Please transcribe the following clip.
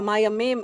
כמה ימים,